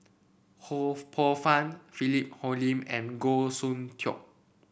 Ho Poh Fun Philip Hoalim and Goh Soon Tioe